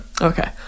Okay